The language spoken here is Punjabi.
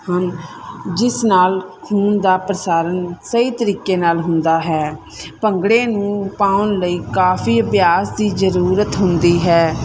ਹਨ ਜਿਸ ਨਾਲ ਖੂਨ ਦਾ ਪ੍ਰਸਾਰਨ ਸਹੀ ਤਰੀਕੇ ਨਾਲ ਹੁੰਦਾ ਹੈ ਭੰਗੜੇ ਨੂੰ ਪਾਉਣ ਲਈ ਕਾਫੀ ਅਭਿਆਸ ਦੀ ਜ਼ਰੂਰਤ ਹੁੰਦੀ ਹੈ